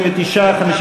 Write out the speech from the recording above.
ברכה.